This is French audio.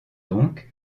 donc